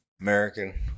American